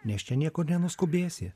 nes čia niekur nenuskubėsi